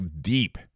deep